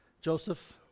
Joseph